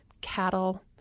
cattle